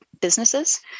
businesses